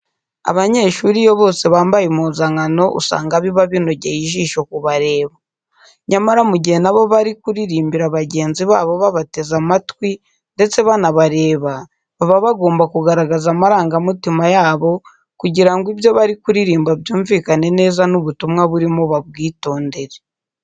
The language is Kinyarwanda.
Abanyeshuri iyo bose bambaye impuzankano usanga biba binogeye ijisho kubareba. Nyamara, mu gihe na bo bari kuririmbira bagenzi babo babateze amatwi ndetse banabareba, baba bagomba kugaragaza amarangamutima yabo kugira ngo ibyo bari kuririmba byumvikane neza n'ubutumwa burimo babwitondere.